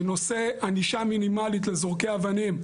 שנושא ענישה מינימלית לזורקי אבנים,